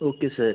okay sir